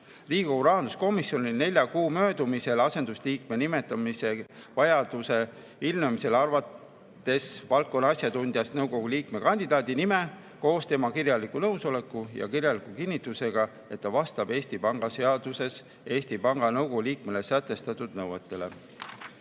Riigikogu rahanduskomisjonile nelja kuu möödumisel asendusliikme nimetamise vajaduse ilmnemisest arvates valdkonna asjatundjast nõukogu liikme kandidaadi nime koos tema kirjaliku nõusoleku ja kirjaliku kinnitusega, et ta vastab Eesti Panga seaduses Eesti Panga Nõukogu liikmele sätestatud